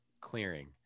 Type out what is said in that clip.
clearing